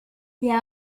yeah